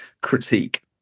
critique